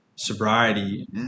sobriety